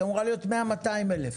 היא אמורה להיות מאה מאתיים אלף,